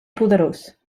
poderós